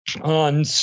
on